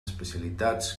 especialitats